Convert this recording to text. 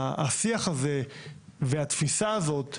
השיח הזה והתפיסה הזאת שאנחנו,